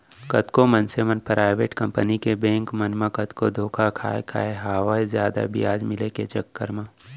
कतको मनसे मन पराइबेट कंपनी के बेंक मन म कतको धोखा खाय खाय हवय जादा बियाज मिले के चक्कर म